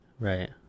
right